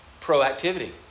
proactivity